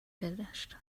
finished